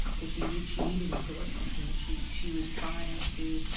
because she needed she needed endorsement deals. she she was trying to,